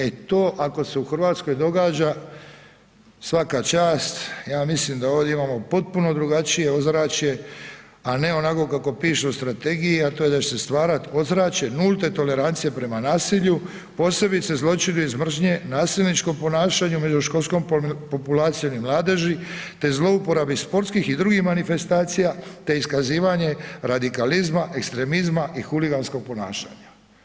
E to, ako se u Hrvatskoj događa, svaka čast, ja mislim da ovdje imamo potpuno drugačije ozračje, a ne onako kako piše u strategiji, a to je da će se stvarati ozračje nulte tolerancije prema nasilju, posebice zločini iz mržnje, nasilničko ponašanje među školskom populacijom i mladeži te zlouporabi sportskih i drugih manifestacija te iskazivanje radikalizma, ekstremizma i huliganskog ponašanja.